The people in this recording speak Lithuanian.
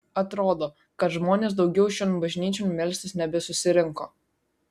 atrodo kad žmonės daugiau šion bažnyčion melstis nebesusirinko